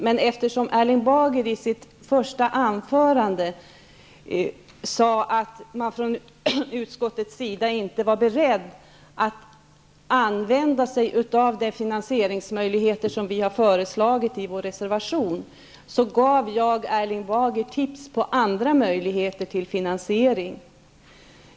Men eftersom Erling Bager i sitt första anförande sade att utskottet inte var berett att använda sig av de finansieringsmöjligheter som vi har föreslagit i vår reservation, har jag gett honom tips på andra finansieringsmöjligheter.